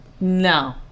No